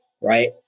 right